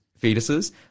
fetuses